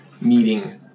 meeting